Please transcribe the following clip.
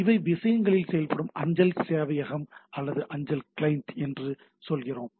இவை விஷயங்களில் செயல்படும் அஞ்சல் சேவையகம் அல்லது அஞ்சல் கிளையன்ட் என்று நாம் சொல்லுகிறோம்